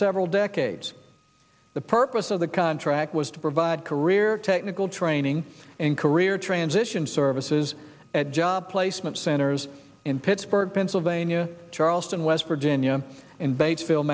several decades the purpose of the contract was to provide career technical training and career transition services at job placement centers in pittsburgh pennsylvania charleston west virginia and ba